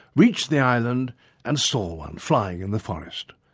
reached the island and saw one flying in the forest.